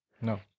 No